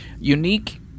unique